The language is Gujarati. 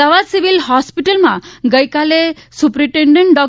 અમદાવાદ સિવિલ હોસ્પિટલમાં ગઇકાલે સુપ્રિન્ટેન્ડન્ટ ડૉ